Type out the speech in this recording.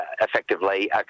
effectively